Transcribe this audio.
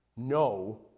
no